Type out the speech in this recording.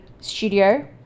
studio